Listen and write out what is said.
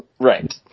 Right